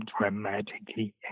dramatically